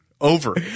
Over